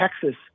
Texas